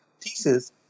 thesis